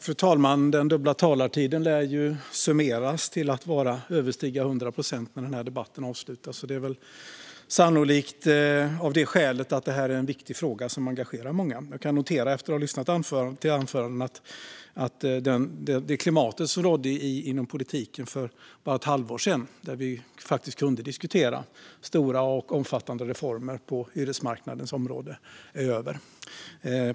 Fru talman! Talartiden lär ha blivit förlängd med över 100 procent när den här debatten är avslutad, och det är sannolikt av det skälet att detta är en viktig fråga som engagerar många. Efter att ha lyssnat till anförandena kan jag notera att det klimat som rådde inom politiken för bara ett halvår sedan, då vi faktiskt kunde diskutera stora och omfattande reformer på hyresmarknadens område, är över.